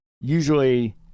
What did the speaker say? Usually